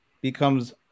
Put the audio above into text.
becomes